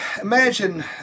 imagine